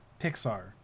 Pixar